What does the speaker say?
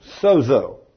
sozo